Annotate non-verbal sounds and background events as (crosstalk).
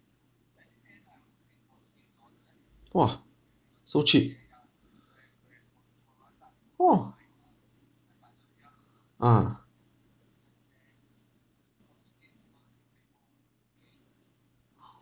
!wah! so cheap !wah! ah (breath)